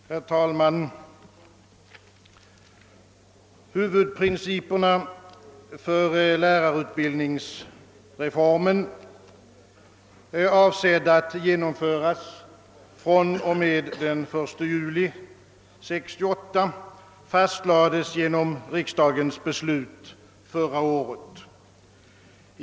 Herr talman! Huvudprinciperna för den lärarutbildningsreform, som är avsedd att genomföras fr.o.m. den 1 juli 1968, fastlades genom beslut av föregående års riksdag.